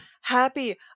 happy